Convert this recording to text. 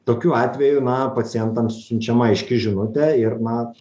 tokiu atveju na pacientam siunčiama aiški žinutė ir na